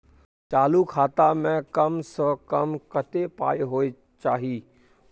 चालू खाता में कम से कम कत्ते पाई होय चाही?